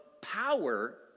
power